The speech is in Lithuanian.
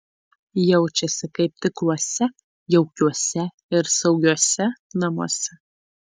jaučiasi kaip tikruose jaukiuose ir saugiuose namuose